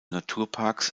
naturparks